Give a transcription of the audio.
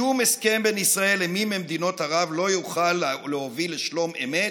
שום הסכם בין ישראל למי ממדינות ערב לא יוכל להוביל לשלום אמת,